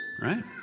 right